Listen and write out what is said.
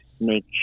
make